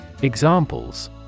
Examples